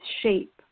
shape